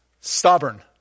stubborn